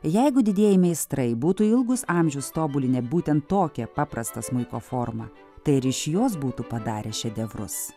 jeigu didieji meistrai būtų ilgus amžius tobulinę būtent tokią paprastą smuiko formą tai ir iš jos būtų padarę šedevrus